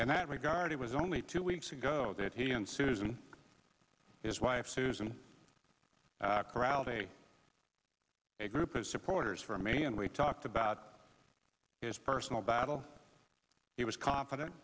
in that regard it was only two weeks ago that he and susan his wife susan corralled a a group of supporters for me and we talked about his personal battle he was confident